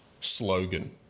slogan